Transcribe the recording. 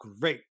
great